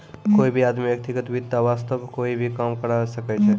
कोई भी आदमी व्यक्तिगत वित्त वास्तअ कोई भी काम करअ सकय छै